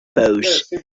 pose